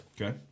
Okay